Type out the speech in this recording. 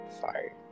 Fire